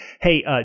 hey